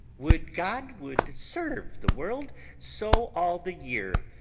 would god would serve the world so all the year!